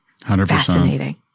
Fascinating